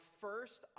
first